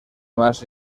nuevas